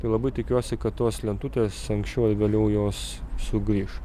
tai labai tikiuosi kad tos lentutės anksčiau ar vėliau jos sugrįš